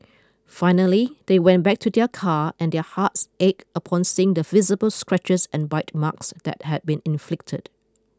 finally they went back to their car and their hearts ached upon seeing the visible scratches and bite marks that had been inflicted